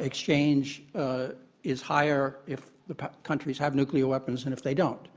exchange is higher if the countries have nuclear weapons than and if they don't.